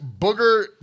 booger